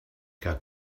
got